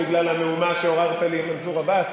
בגלל המהומה שעוררת לי עם מנסור עבאס,